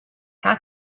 how